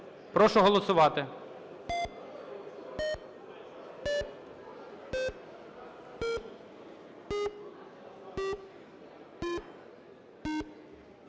прошу голосувати.